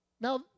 Now